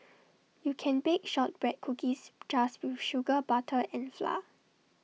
you can bake Shortbread Cookies just with sugar butter and flour